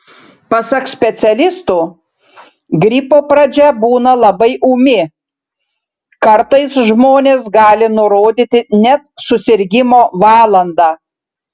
pasak specialistų gripo pradžia būna labai ūmi kartais žmonės gali nurodyti net susirgimo valandą